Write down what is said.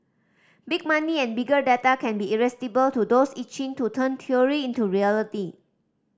big money and bigger data can be irresistible to those itching to turn theory into reality